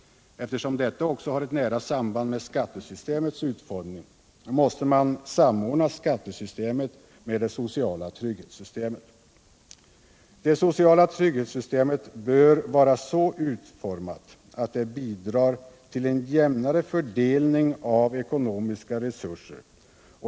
Eftersom detta också har ett nära samband med skattesystemets utformning, måste man samordna skattesystemet med det sociala trygghetssystemet. Detta bör vara så utformat att det bidrar till en jämnare fördelning av ekonomiska resurser.